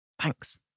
Thanks